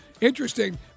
Interesting